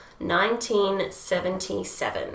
1977